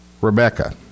Rebecca